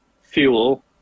fuel